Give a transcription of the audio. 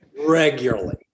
regularly